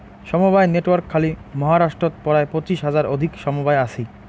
সমবায় নেটওয়ার্ক খালি মহারাষ্ট্রত পরায় পঁচিশ হাজার অধিক সমবায় আছি